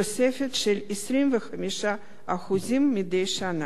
תוספת של 25% מדי שנה.